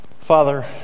Father